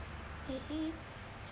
eh eh